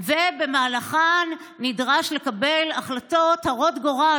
ובמהלכן נדרש לקבל החלטות הרות גורל,